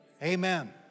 Amen